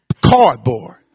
cardboard